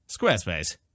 Squarespace